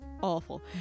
awful